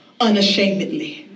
unashamedly